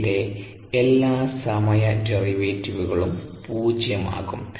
ഇവിടെ എല്ലാ സമയ ഡെറിവേറ്റീവുകളും പൂജ്യമാകും